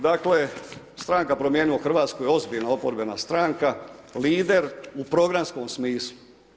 Dakle, stranka Promijenimo Hrvatsku je ozbiljan oporbena stranka, lider u programskom smislu.